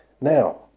Now